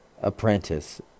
apprentice